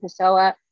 Pessoa